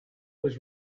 was